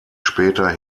später